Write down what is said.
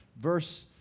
Verse